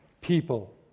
people